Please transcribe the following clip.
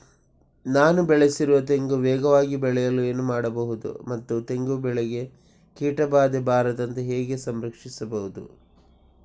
ನಾನು ಬೆಳೆಸಿರುವ ತೆಂಗು ವೇಗವಾಗಿ ಬೆಳೆಯಲು ಏನು ಮಾಡಬಹುದು ಮತ್ತು ತೆಂಗು ಬೆಳೆಗೆ ಕೀಟಬಾಧೆ ಬಾರದಂತೆ ಹೇಗೆ ಸಂರಕ್ಷಿಸುವುದು?